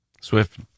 Swift